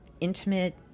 intimate